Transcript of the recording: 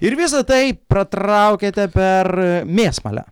ir visa tai pratraukiate per mėsmalę